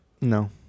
No